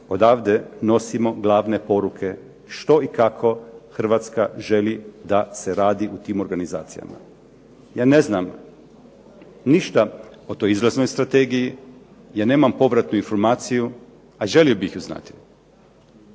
odavde nosimo glavne poruke što i kako Hrvatska želi da se radi u tim organizacijama. Ja ne znam ništa o toj izlaznoj strategiji, ja nemam povratnu informaciju, a želio bih ju znati.